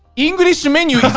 english menu.